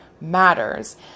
matters